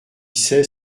c’est